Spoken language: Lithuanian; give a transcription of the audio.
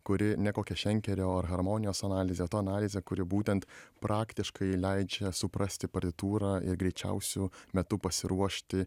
kuri ne kokia šenkerio ar harmonijos analizė o ta analizė kuri būtent praktiškai leidžia suprasti partitūrą ir greičiausiu metu pasiruošti